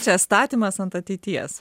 čia statymas ant ateities